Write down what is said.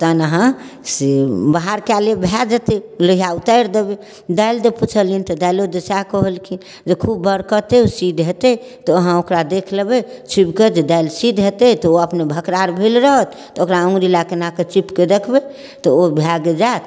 तहन अहाँ से बाहर कऽ लेब भऽ जेतै लोहिआ उतारि देबै दालि दऽ पुछलिअनि तऽ दाइलो दऽ सएह कहलखिन जे खूब बरकतै सिद्ध हेतै तऽ अहाँ ओकरा देखि लेबै छुबिकऽ जे दालि सिद्ध हेतै तऽ ओ अपने भखरार भेल रहत तऽ ओकरा उँगली लऽ कऽ एनाकऽ चिपिकऽ देखबै तऽ ओ भऽ जाएत